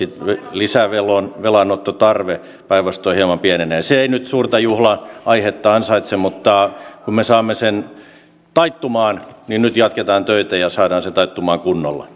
lisävelanottotarve päinvastoin hieman pienenee se ei nyt suurta juhlan aihetta ansaitse mutta kun me saamme sen taittumaan niin nyt jatketaan töitä ja saadaan se taittumaan kunnolla